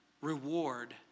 reward